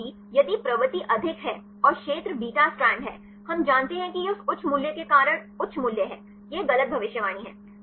क्योंकि यदि प्रवृत्ति अधिक है और क्षेत्र बीटा स्ट्रैंड है हम जानते हैं कि यह उस उच्च मूल्य के कारण उच्च मूल्य है यह गलत भविष्यवाणी है